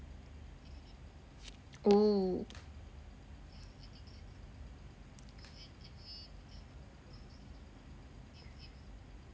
oo